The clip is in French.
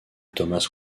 thomas